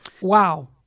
Wow